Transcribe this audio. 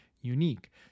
Unique